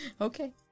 Okay